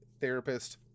therapist